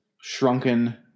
shrunken